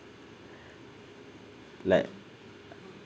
like